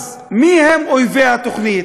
אז מי הם אויבי התוכנית?